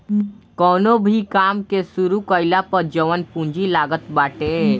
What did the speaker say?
कवनो भो काम के शुरू कईला पअ जवन पूंजी लागत बाटे